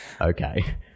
Okay